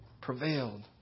prevailed